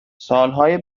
سالهای